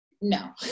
no